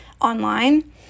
online